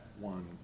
one